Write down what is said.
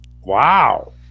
Wow